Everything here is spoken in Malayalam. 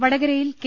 വടകരയിൽ കെ